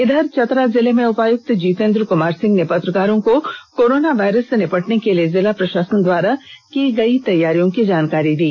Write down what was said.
इधर चतरा जिले में उपायुक्त जीतेंद्र कुमार सिंह ने पत्रकारों को कोरोना वायरस से निपटने के लिए जिला प्रषासन द्वारा की गई तैयारियों की जानकारी दी